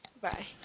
Bye